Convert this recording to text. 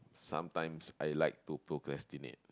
sometimes I like to procrastinate